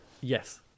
Yes